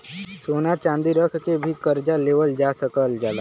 सोना चांदी रख के भी करजा लेवल जा सकल जाला